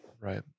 Right